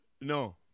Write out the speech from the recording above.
No